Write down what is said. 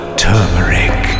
turmeric